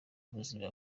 ubuzima